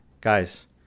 Guys